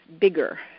bigger